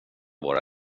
våra